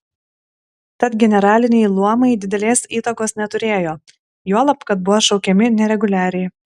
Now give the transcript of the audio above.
tad generaliniai luomai didelės įtakos neturėjo juolab kad buvo šaukiami nereguliariai